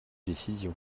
décision